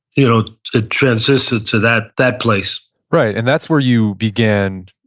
you know it transitioned to that that place right, and that's where you began